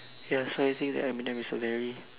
ya so I think that eminem is a very